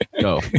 Go